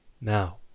Now